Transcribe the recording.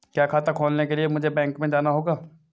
क्या खाता खोलने के लिए मुझे बैंक में जाना होगा?